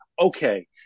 okay